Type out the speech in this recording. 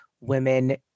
women